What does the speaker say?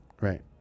right